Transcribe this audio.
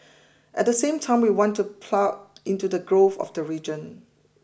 at the same time we want to plug into the growth of the region